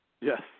Yes